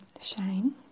shine